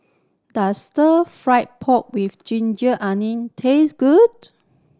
does Stir Fry pork with ginger onion taste good